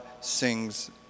sings